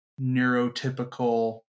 neurotypical